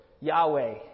Yahweh